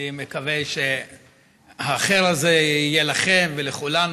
אני מקווה שהח'יר הזה יהיה לכם ולכולנו.